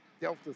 Delta